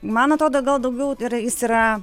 man atrodo gal daugiau yra jis yra